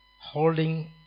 holding